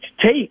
take